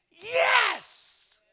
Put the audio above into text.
Yes